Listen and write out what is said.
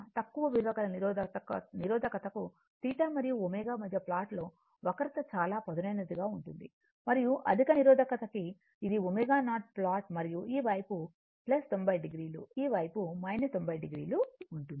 తక్కువ విలువ గల నిరోధకత కు θ మరియు ω మధ్య ప్లాట్ లో వక్రత చాలా పదునైనదిగా ఉంటుంది మరియు అధిక నిరోధకతకి ఇది ω0 ప్లాట్లు మరియు ఈ వైపు 90 o ఈ వైపు 90 o ఉంటుంది